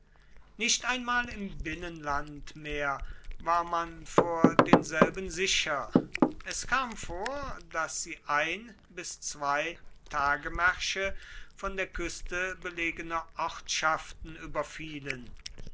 nicht einmal im binnenland mehr war man vor denselben sicher es kam vor daß sie ein bis zwei tagemärsche von der küste belegene ortschaften überfielen